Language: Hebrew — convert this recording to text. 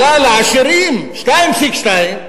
עלה לעשירים ב-2.2%,